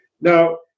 Now